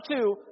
two